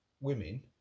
women